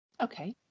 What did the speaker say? Okay